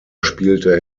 spielte